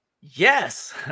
yes